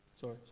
Sorry